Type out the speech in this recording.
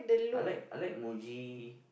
I like I like Muji